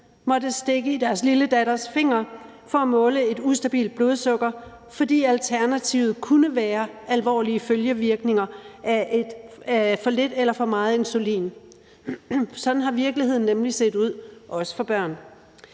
måtte stikke i deres lille datters finger for at måle et ustabilt blodsukker, fordi alternativet kunne være alvorlige følgevirkninger af for lidt eller for meget insulin. Sådan har virkeligheden nemlig set ud, også for børn.